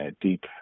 deep